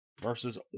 versus